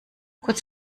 kurz